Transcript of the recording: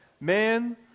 Man